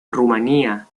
rumanía